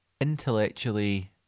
intellectually